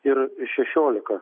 ir šešiolika